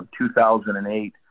2008